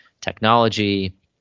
technology